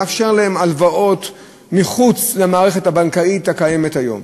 לאפשר להם הלוואות מחוץ למערכת הבנקאית הקיימת היום,